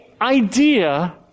idea